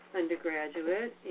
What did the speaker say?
undergraduate